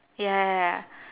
ya ya